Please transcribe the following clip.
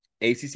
ACC